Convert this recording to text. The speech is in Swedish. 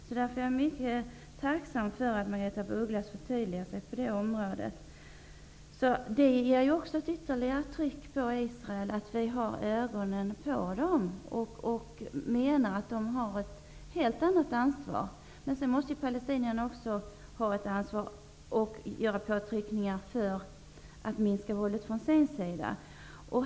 Därför är jag mycket tacksam över att Margaretha af Ugglas förtydligade sig på den punkten. Det faktum att vi har ögonen på israelerna och menar att de har ett helt annat ansvar innebär också ett ytterligare tryck på israelerna. Men sedan måste palestinierna också ha ett ansvar och utöva påtryckningar för att minska våldet från sin sida.